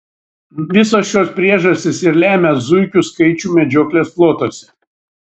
visos šios priežastys ir lemia zuikių skaičių medžioklės plotuose